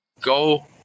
go